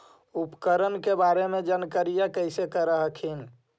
उपकरण के बारे जानकारीया कैसे कर हखिन?